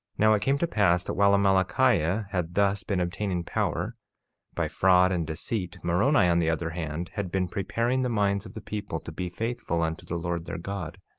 now it came to pass that while amalickiah had thus been obtaining power by fraud and deceit, moroni, on the other hand, had been preparing the minds of the people to be faithful unto the lord their god.